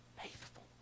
faithful